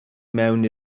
mewn